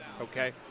okay